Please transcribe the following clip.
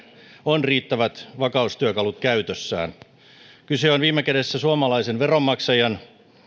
on riittävät vakaustyökalut käytössään kyse on viime kädessä suomalaisen veronmaksajan